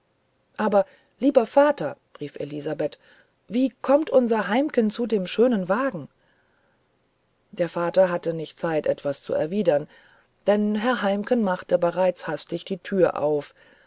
aber lieber vater rief elsbeth wie kommt unser heimken zu dem schönen wagen der vater hatte nicht zeit etwas zu erwidern denn herr heimken machte bereits hastig die tür auf